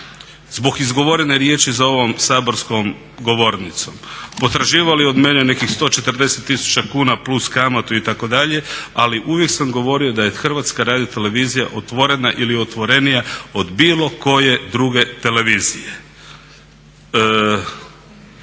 zbog izgovorene riječi za ovom saborskom govornicom. Potraživali od mene nekih 140000 kuna plus kamatu itd. Ali uvijek sam govorio da je HRT otvorena ili otvorenija od bilo koje druge televizije.